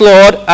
Lord